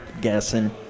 guessing